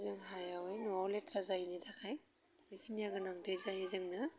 जों हायावयै न'वाव लेथ्रा जायैनि थाखाय बेखिनिया गोनांथि जायो जोंनो